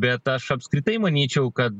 bet aš apskritai manyčiau kad